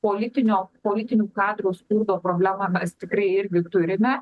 politinio politinių kadrus pildo problema mes tikrai irgi turime